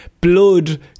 Blood